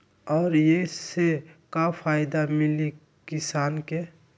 और ये से का फायदा मिली किसान के?